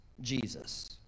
Jesus